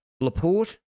Laporte